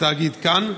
בתאגיד "כאן"?